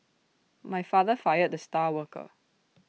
my father fired the star worker